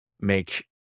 make